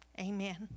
Amen